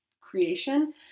creation